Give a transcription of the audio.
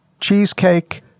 cheesecake